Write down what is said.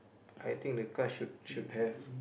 I think the car should should have